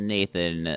Nathan